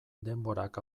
denborak